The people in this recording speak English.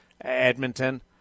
Edmonton